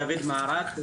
דוד מהרט,